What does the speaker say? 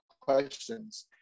questions